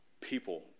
people